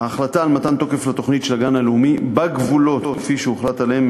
ההחלטה על מתן תוקף לתוכנית של הגן הלאומי בגבולות כפי שהוחלט עליהם,